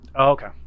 Okay